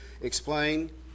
explain